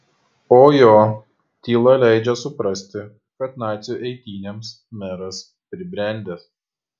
o jo tyla leidžia suprasti kad nacių eitynėms meras pribrendęs